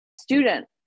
student